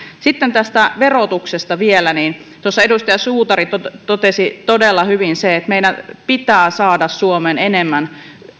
sitten tästä verotuksesta vielä tuossa edustaja suutari totesi todella hyvin että meidän pitää saada suomeen enemmän